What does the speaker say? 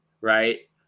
Right